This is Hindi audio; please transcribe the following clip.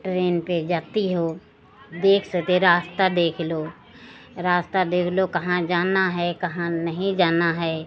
ट्रेन पर जाती हो देख सके रास्ता देख लो कहाँ जाना है कहाँ नहीं जाना है